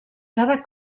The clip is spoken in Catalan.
cada